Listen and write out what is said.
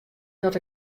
dat